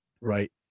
Right